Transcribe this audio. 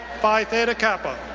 phi theta kappa.